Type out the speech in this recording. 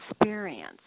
experience